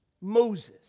Moses